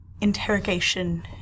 interrogation